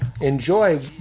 Enjoy